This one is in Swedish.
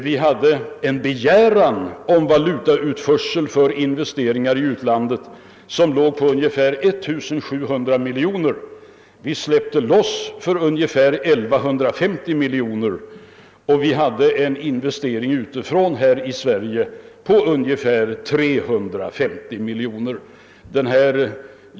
Vi hade då ansökningar om valutautförsel för investeringar i utlandet på ungefär 1700 miljoner, och vi släppte loss för ungefär 1150 miljoner. Samtidigt hade vi investeringar utifrån här i Sverige på ungefär 350 miljoner kronor.